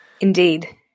Indeed